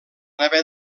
haver